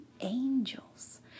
angels